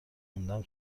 موندم